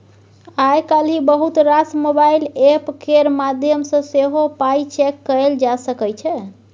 आइ काल्हि बहुत रास मोबाइल एप्प केर माध्यमसँ सेहो पाइ चैक कएल जा सकै छै